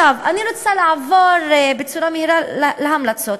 אני רוצה לעבור בצורה מהירה להמלצות.